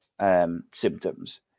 symptoms